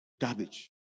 garbage